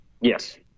Yes